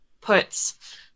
puts